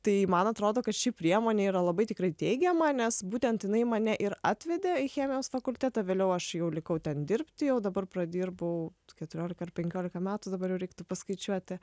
tai man atrodo kad ši priemonė yra labai tikrai teigiama nes būtent jinai mane ir atvedė į chemijos fakultetą vėliau aš jau likau ten dirbti jau dabar pradirbau keturiolika ar penkiolika metų dabar jau reiktų paskaičiuoti